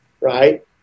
Right